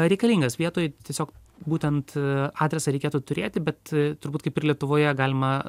reikalingas vietoj tiesiog būtent a adresą reikėtų turėti bet turbūt kaip ir lietuvoje galima